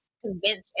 convince